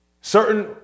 Certain